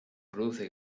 produce